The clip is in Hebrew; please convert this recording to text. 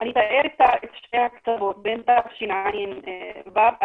שאנחנו שואלים הסקר הזה מתייחס לכיתות ד' עד י"ב.